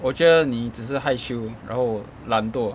我觉得你只是害羞然后懒惰